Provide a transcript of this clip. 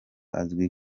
azwi